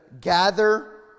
gather